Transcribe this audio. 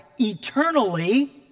eternally